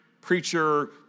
preacher